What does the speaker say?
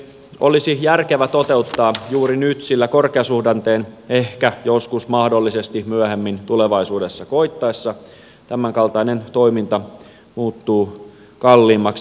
ne olisi järkevä toteuttaa juuri nyt sillä korkeasuhdanteen ehkä joskus mahdollisesti myöhemmin tulevaisuudessa koittaessa tämänkaltainen toiminta muuttuu kalliimmaksi